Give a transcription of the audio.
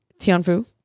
Tianfu